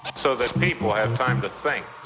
so that people have time to think.